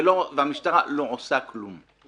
והמשטרה לא עושה כלום.